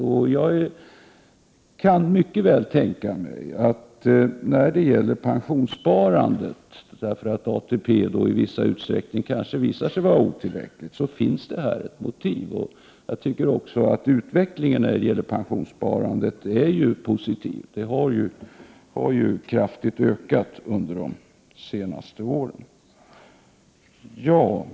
När det gäller pensionssparandet kan jag mycket väl tänka mig att det här finns ett motiv, eftersom ATP i viss utsträckning kanske visar sig vara otillräckligt. Jag tycker också att utvecklingen när det gäller pensionssparandet är positiv. Det har ju kraftigt ökat under de senaste åren.